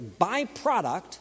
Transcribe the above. byproduct